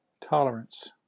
tolerance